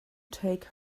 take